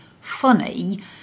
funny